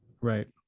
right